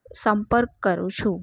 સંપર્ક કરું છું